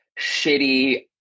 shitty